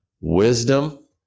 wisdom